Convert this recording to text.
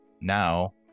now